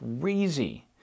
crazy